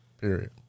Period